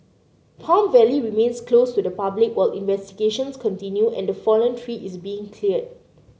Palm Valley remains closed to the public while investigations continue and the fallen tree is being cleared